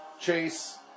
Chase